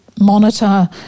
monitor